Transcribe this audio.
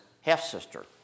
half-sister